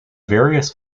various